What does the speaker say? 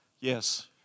Yes